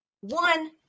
One